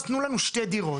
אז תנו לנו שתי דירות.